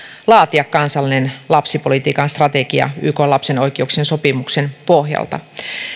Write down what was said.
laatia kansallinen lapsipolitiikan strategia ykn lapsen oikeuksien sopimuksen pohjalta